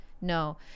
no